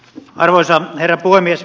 arvoisa herra puhemies